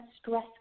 stress